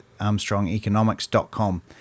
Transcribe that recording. armstrongeconomics.com